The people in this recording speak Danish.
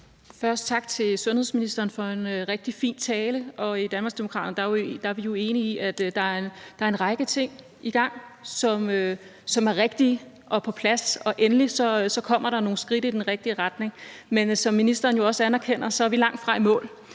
Først tak til sundhedsministeren for en rigtig fin tale. I Danmarksdemokraterne er vi jo enige i, at der er en række ting i gang, som er rigtige og på deres plads. Endelig kommer der nogle skridt i den rigtige retning. Men som ministeren jo også anerkender, er vi langtfra i mål,